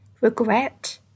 Regret